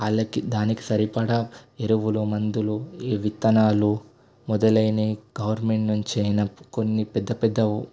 వాళ్ళకి దానికి సరిపడ ఎరువులు మందులు ఈ విత్తనాలు మొదలైనవి గవర్నమెంట్ నుంచైనా కొన్ని పెద్దపెద్ద